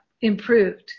improved